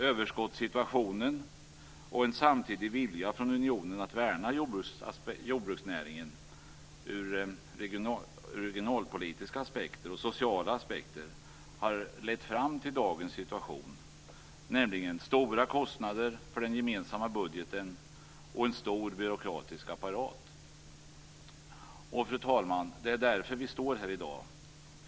Överskottssituationen och en samtidig vilja från unionen att värna jordbruksnäringen ur regionalpolitiska aspekter och sociala aspekter har lett fram till dagens situation med stora kostnader för den gemensamma budgeten och med en stor byråkratisk apparat. Fru talman! Det är därför vi står här i dag.